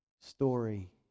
story